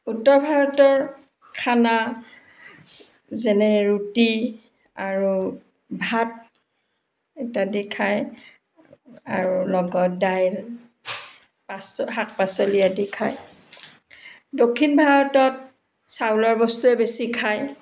উত্তৰ ভাৰতৰ খানা যেনে ৰুটি আৰু ভাত ইত্যাদি খায় আৰু লগত দাইল পাচ শাক পাচলি আদি খায় দক্ষিণ ভাৰতত চাউলৰ বস্তুৱেই বেছি খায়